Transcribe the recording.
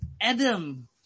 Adam